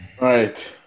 right